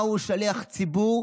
מהו שליח ציבור